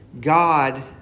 God